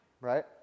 Right